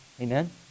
Amen